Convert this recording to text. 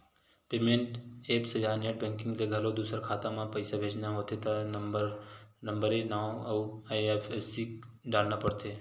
payment apps या net banking ले घलो दूसर खाता म पइसा भेजना होथे त नंबरए नांव अउ आई.एफ.एस.सी डारना परथे